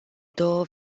două